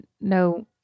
no